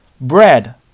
Bread